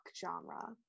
genre